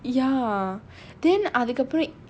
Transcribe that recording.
ya then அதுக்கப்புறம்:adhukappuram